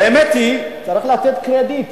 והאמת היא, צריך לתת קרדיט.